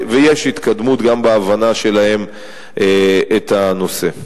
ויש התקדמות גם בהבנה שלהם את הנושא.